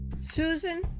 Susan